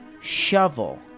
shovel